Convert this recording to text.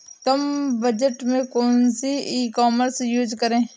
कम budget में कौन सी ई कॉमर्स यूज़ करें?